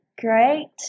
Great